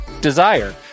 Desire